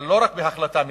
אבל לא רק בהחלטה מכנית,